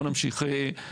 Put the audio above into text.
נמשיך.